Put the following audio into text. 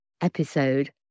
episode